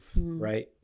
right